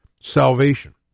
salvation